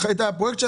את הפרויקט,